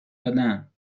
دادم